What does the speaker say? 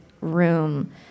room